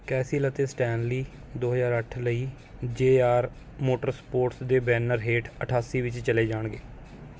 castle ਅਤੇ Stanley ਦੋ ਹਜ਼ਾਰ ਅੱਠ ਲਈ ਜੇ ਆਰ ਮੋਟਰਸਪੋਰਟਸ ਦੇ ਬੈਨਰ ਹੇਠ ਅਠਾਸੀ ਵਿੱਚ ਚਲੇ ਜਾਣਗੇ